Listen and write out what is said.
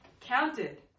Counted